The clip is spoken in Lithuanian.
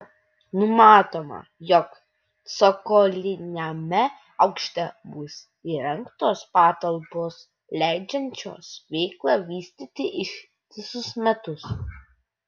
numatoma jog cokoliniame aukšte bus įrengtos patalpos leidžiančios veiklą vystyti ištisus metus